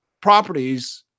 properties